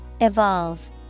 Evolve